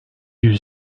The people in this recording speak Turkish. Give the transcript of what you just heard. yüz